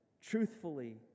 truthfully